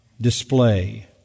display